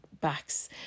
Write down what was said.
backs